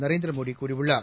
நரேந்திர மோடி கூறியுள்ளார்